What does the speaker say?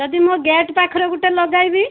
ଯଦି ମୁଁ ଗେଟ୍ ପାଖରେ ଗୋଟେ ଲଗାଇବି